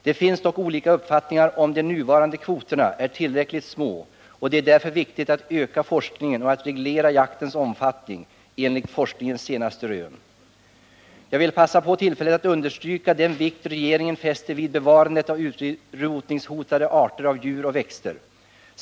Det finns dock olika uppfattningar om huruvida de nuvarande kvoterna är tillräckligt små, och det är därför viktigt att öka forskningen och att reglera jaktens omfattning enligt forskningens senaste rön. Jag vill passa på tillfället att understryka den vikt regeringen fäster vid bevarandet av utrotningshotade arter av djur och växter.